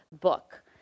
book